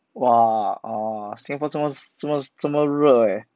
!wah! uh singapore 这么这么这么热 eh